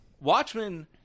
Watchmen